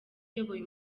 uyoboye